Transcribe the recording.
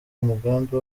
umugambi